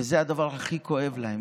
וזה הדבר הכי כואב להם.